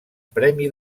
premi